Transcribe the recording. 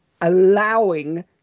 allowing